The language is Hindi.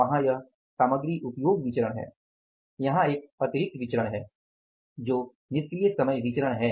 वहाँ यह सामग्री उपयोग विचरण है यहाँ एक अतिरिक्त विचरण है जो निष्क्रिय समय विचरण है